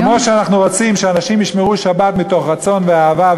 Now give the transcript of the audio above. וכמו שאנחנו רוצים שאנשים ישמרו שבת מתוך רצון ואהבה,